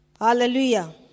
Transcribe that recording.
Hallelujah